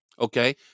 Okay